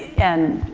and,